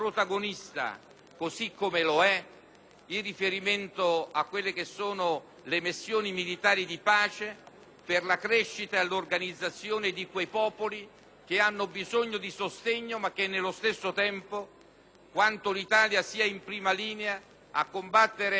in riferimento alle missioni militari di pace per la crescita e l'organizzazione di quei popoli che hanno bisogno di sostegno ma anche, nello stesso tempo, di quanto l'Italia sia in prima linea a combattere ogni forma di terrorismo,